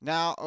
Now